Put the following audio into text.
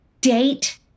date